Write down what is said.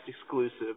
exclusive –